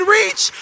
reach